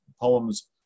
poems